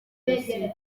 jenoside